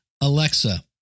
Alexa